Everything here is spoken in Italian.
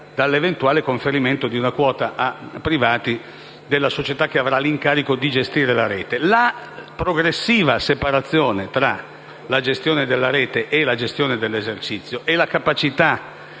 dall'eventuale conferimento di una quota a privati della società che avrà l'incarico di gestire la rete. Dalla progressiva separazione tra la gestione della rete e la gestione dell'esercizio, poi,